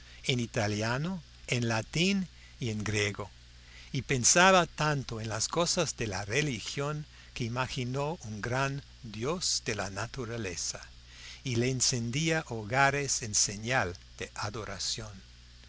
en italiano en latín y en griego y pensaba tanto en las cosas de la religión que imaginó un gran dios de la naturaleza y le encendía hogares en señal de adoración